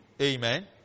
Amen